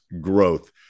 growth